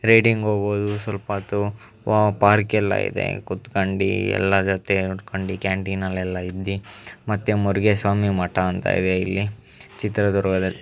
riding ಹೋಗ್ಬೋದು ಸ್ವಲ್ಪ ಹೊತ್ತು ಪಾರ್ಕೆಲ್ಲ ಇದೆ ಕುತ್ಕಂಡು ಎಲ್ಲರ ಜೊತೆ ಉಟ್ಕಂಡು ಕ್ಯಾಂಟೀನಲ್ಲೆಲ್ಲ ಇದ್ದು ಮತ್ತು ಮುರುಗೇಸ್ವಾಮಿ ಮಠ ಅಂತ ಇದೆ ಇಲ್ಲಿ ಚಿತ್ರದುರ್ಗದಲ್ಲಿ